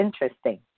interesting